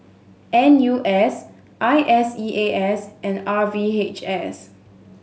N U S I S E A S and R V H S